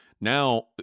now